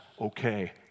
okay